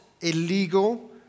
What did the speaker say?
illegal